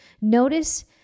Notice